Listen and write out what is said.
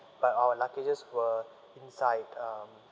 but our luggages were inside um